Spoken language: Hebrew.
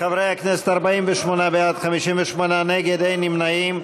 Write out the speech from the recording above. חברי הכנסת, 48 בעד, 58 נגד, אין נמנעים.